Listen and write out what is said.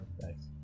thanks